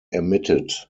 emitted